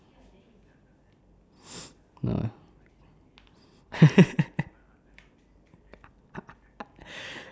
no lah